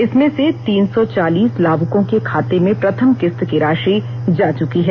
इसमें से तीन सौ चालीस लाभूकों के खाते में प्रथम किस्त की राशि जा चुकी है